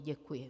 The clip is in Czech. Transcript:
Děkuji.